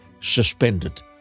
suspended